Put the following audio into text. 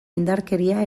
indarkeria